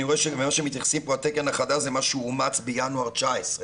אני רואה במה שמתייחסים לתקן החדש זה מה שאומץ בינואר 19',